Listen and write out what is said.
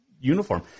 uniform